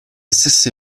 stesse